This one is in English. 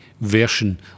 version